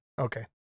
Okay